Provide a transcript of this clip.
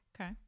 Okay